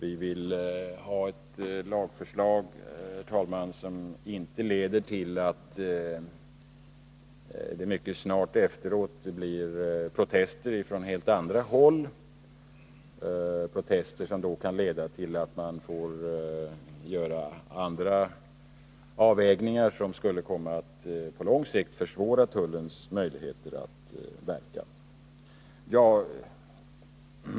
Vi vill ha ett lagförslag, herr talman, som inte leder till att det mycket snart efteråt blir protester från helt nya håll, vilket skulle kunna leda till att man måste göra andra avvägningar, vilket på lång sikt kunde komma att försvåra tullens möjligheter att verka.